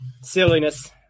silliness